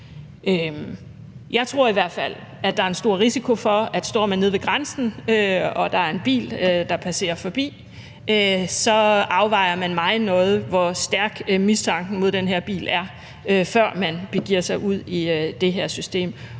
Jeg tror i hvert fald, at der er en stor risiko for, at står man nede ved grænsen, og en bil passerer forbi, afvejer man meget nøje, hvor stærk mistanken mod den her bil er, før man begiver sig ud i det her system,